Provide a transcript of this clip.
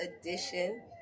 edition